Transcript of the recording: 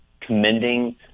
commending